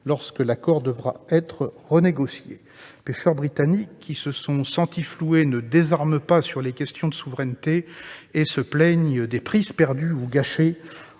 lorsque l'accord devra être renégocié ? Les pêcheurs britanniques, qui se sont sentis floués, ne désarment pas sur les questions de souveraineté et se plaignent des prises perdues ou gâchées